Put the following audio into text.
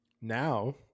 now